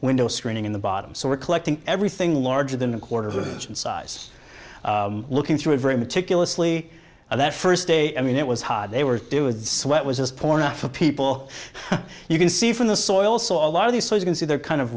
window screening in the bottom so we're collecting everything larger than a quarter of the size looking through a very meticulously that first day i mean it was hot they were doing sweat was pouring off of people you can see from the soil so a lot of these so you can see they're kind of